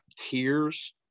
tears